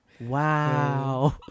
Wow